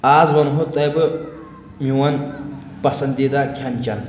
آز ونہو تۄہہِ بہٕ میون پسنٛدیٖدہ کھٮ۪ن چٮ۪ن